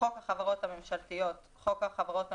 "חוק החברות הממשלתיות" חוק החברות הממשלתיות,